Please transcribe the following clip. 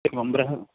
एवं बृह